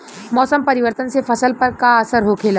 मौसम परिवर्तन से फसल पर का असर होखेला?